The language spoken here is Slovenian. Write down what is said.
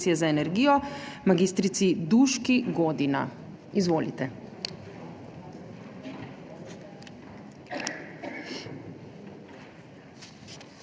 za energijo mag. Duški Godina. Izvolite.